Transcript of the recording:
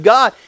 God